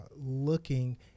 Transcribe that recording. looking